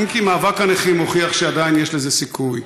אם כי מאבק הנכים הודיע שעדיין יש לזה סיכוי,